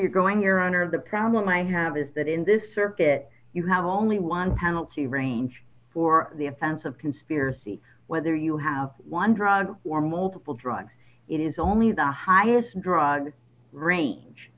you're going your honor the problem i have is that in this circuit you have only one penalty range for the offense of conspiracy whether you have one drug or multiple drugs it is only the highest drug range